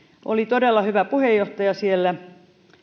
oli todella hyvä puheenjohtaja siellä